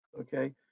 okay